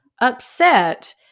upset